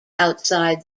outside